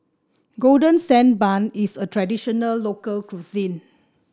Golden Sand Bun is a traditional local cuisine